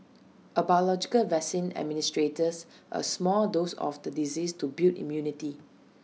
A biological vaccine administers A small dose of the disease to build immunity